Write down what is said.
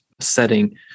setting